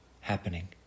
happening